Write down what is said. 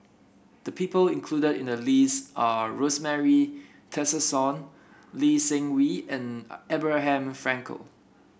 the people included in the list are Rosemary Tessensohn Lee Seng Wee and Abraham Frankel